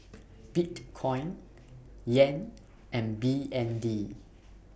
Bitcoin Yen and B N D